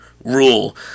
rule